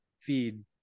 feed